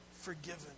forgiven